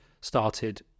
started